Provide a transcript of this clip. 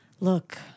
Look